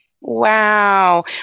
Wow